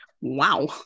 wow